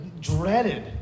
dreaded